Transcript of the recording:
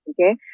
Okay